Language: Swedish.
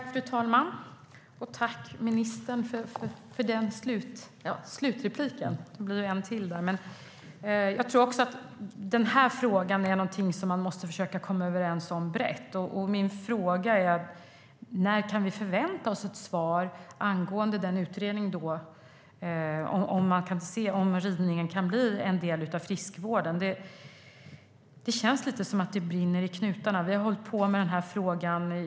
Fru talman! Jag tror också att den här frågan är någonting som man måste försöka komma överens om brett. Min fråga är: När kan vi förvänta oss ett svar angående utredningen om huruvida ridningen kan bli en del av friskvården? Det känns lite som att det brinner i knutarna.